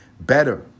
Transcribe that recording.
better